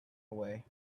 away